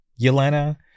Yelena